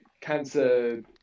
cancer